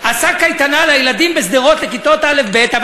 עשה קייטנה לילדים בכיתות א'-ב' בשדרות,